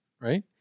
right